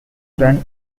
run